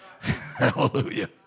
Hallelujah